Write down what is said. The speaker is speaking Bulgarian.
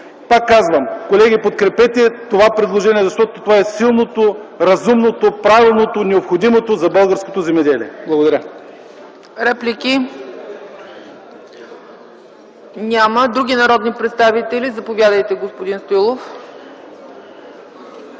Пак казвам: колеги, подкрепете това предложение, защото то е силното, разумното, правилното, необходимото за българското земеделие! Благодаря. ПРЕДСЕДАТЕЛ ЦЕЦКА ЦАЧЕВА: Реплики? Няма. Други народни представители? Заповядайте, господин Стоилов.